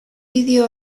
bideo